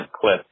clip